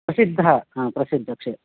प्रसिद्धः प्रसिद्धक्षेत्रं